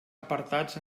apartats